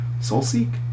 Soulseek